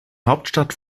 hauptstadt